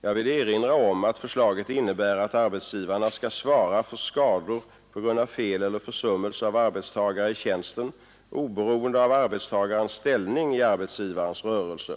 Jag vill erinra om att förslaget innebär att arbetsgivarna skall svara för skador på grund av fel eller försummelse av arbetstagare i tjänsten oberoende av arbetstagarens ställning i arbetsgivarens rörelse.